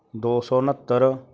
ਦੋ ਸੌ ਉਣਹੱਤਰ